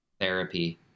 therapy